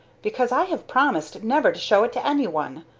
because i have promised never to show it to any one.